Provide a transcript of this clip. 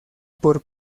por